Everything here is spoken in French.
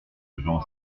devant